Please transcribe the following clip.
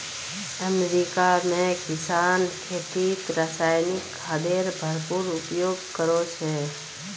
America में किसान खेतीत रासायनिक खादेर भरपूर उपयोग करो छे